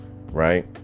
right